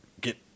get